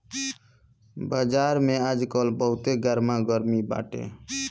बाजार में आजकल बहुते गरमा गरमी बाटे